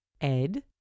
Ed